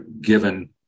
given